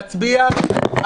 אנחנו יכולים להגיע לזה,